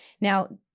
Now